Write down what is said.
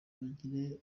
bagire